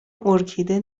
ارکیده